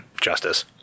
Justice